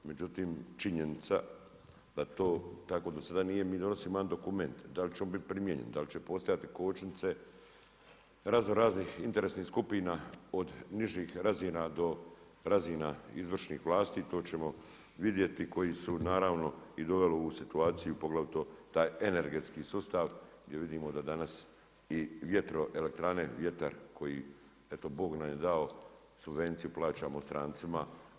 Međutim, činjenica da to tako do sada nije, mi donosimo jedan dokument, da li će on biti primijenjen, da li će postojati kočnice razno raznih interesnih skupina od nižih razina do razina izvršnih vlasti, to ćemo vidjeti koji su naravno i doveli u ovu situaciju, poglavito taj energetski sustav gdje vidimo da danas i vjetroelektrane, vjetar koji eto Bog nam je dao subvenciju plaćamo strancima.